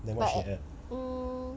but um